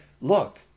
look